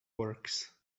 works